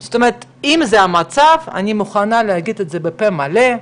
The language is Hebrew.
אני רק אומר, בל נמעיט מחשיבות הנושא,